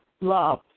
love